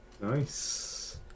Nice